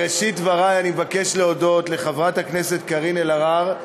בראשית דברי אני מבקש להודות לחברת הכנסת קארין אלהרר,